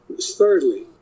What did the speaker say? thirdly